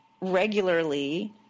regularly